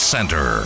Center